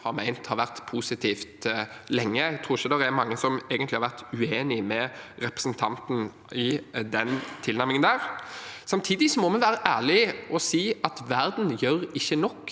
har vært positivt lenge. Jeg tror ikke det er mange som egentlig har vært uenig med representanten i den tilnærmingen. Samtidig må vi være ærlige og si at verden ikke gjør